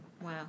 Wow